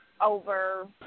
over